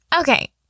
Okay